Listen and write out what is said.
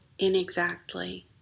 inexactly